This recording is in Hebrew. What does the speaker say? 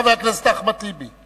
חבר הכנסת אחמד טיבי.